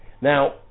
Now